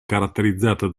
caratterizzata